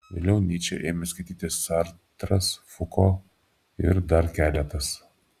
vėliau nyčę ėmė skaityti sartras fuko ir dar keletas